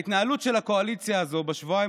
ההתנהלות של הקואליציה הזו בשבועיים